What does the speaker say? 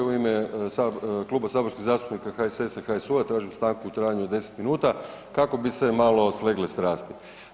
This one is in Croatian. U ime Kluba saborskih zastupnika HSS-a i HSU-a tražim stanku u trajanju od 10 minuta kako bi se malo slegle strasti.